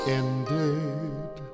ended